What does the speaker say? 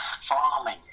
farming